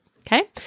Okay